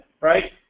right